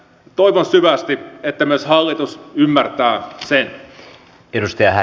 toivon syvästi että myös hallitus ymmärtää sen